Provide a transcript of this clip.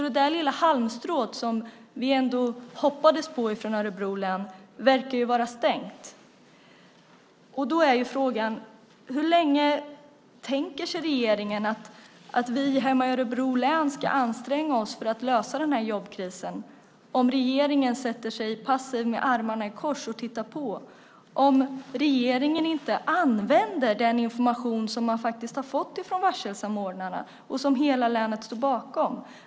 Det lilla halmstrå som vi ändå hoppades på från Örebro län verkar vara borta. Då är frågan: Hur länge tänker sig regeringen att vi hemma i Örebro län ska anstränga oss för att lösa den här jobbkrisen om regeringen sätter sig passiv med armarna i kors och tittar på, om regeringen inte använder den information som man faktiskt har fått från varselsamordnarna och som hela länet står bakom?